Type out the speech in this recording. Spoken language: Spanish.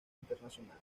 internacionales